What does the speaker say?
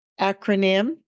acronym